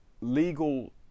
legal